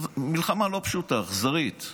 מלחמה לא פשוטה, אכזרית,